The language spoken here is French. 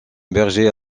berger